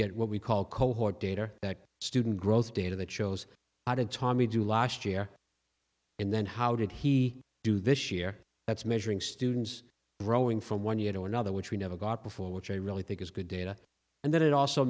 get what we call cohort data that student growth data that shows how did tommy do last year and then how did he do this year that's measuring students rowing from one you know another which we never got before which i really think is good data and then it also